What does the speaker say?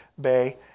Bay